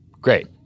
Great